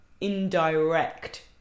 indirect